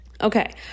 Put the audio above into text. Okay